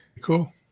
cool